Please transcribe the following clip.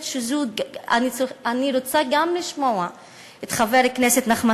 אני רוצה לשמוע גם את חבר הכנסת נחמן